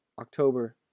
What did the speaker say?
October